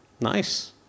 Nice